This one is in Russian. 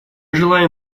желаем